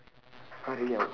!huh! really